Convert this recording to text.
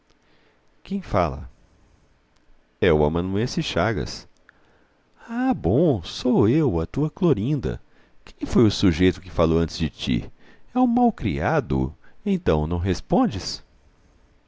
quem fala é o amanuense chagas ah bom sou eu a tua clorinda quem foi o sujeito que falou antes de ti é um malcriado então não respondes